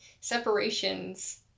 Separations